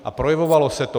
A projevovalo se to.